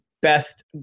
best